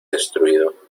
destruido